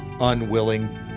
unwilling